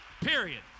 Period